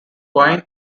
wine